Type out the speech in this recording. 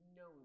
no